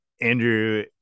Andrew